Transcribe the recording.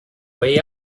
way